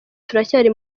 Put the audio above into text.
turacyari